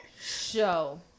Show